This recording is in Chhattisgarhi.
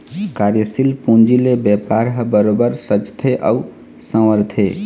कार्यसील पूंजी ले बेपार ह बरोबर सजथे अउ संवरथे